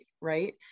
right